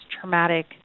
traumatic